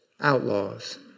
outlaws